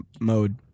mode